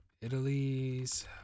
Italy's